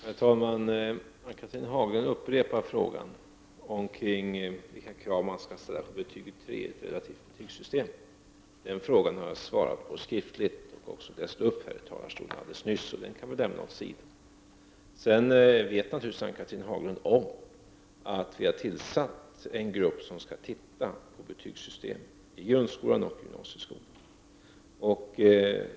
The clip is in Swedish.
Herr talman! Ann-Cathrine Haglund upprepar sin fråga om vilka krav man skall ställa för betyget tre i det relativa betygssystemet. Den frågan har jag svarat på skriftligt och läst upp här i talarstolen nyss, så den lämnar vi åt sidan. Ann-Cathrine Haglund vet naturligtvis om att jag har tillsatt en arbetsgrupp som skall titta på betygssystemet i grundskolan och gymnasieskolan.